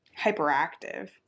hyperactive